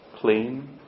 clean